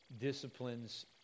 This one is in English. disciplines